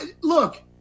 look